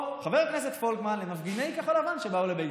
או חבר הכנסת פולקמן למפגיני כחול לבן שבאו לביתו?